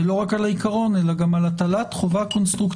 ולא רק על העיקרון אלא גם על הטלת חובה קונסטרוקטיבית